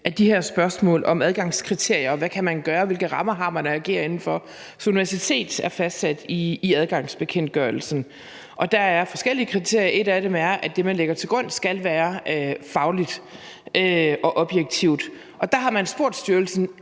at de her spørgsmål om adgangskriterier, og hvad man kan gøre, og hvilke rammer man har at agere inden for som universitet, er fastsat i adgangsbekendtgørelsen. Og der er forskellige kriterier. Et af dem er, at det, man lægger til grund, skal være fagligt og objektivt. Der har man spurgt styrelsen: